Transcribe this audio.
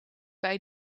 bij